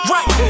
Right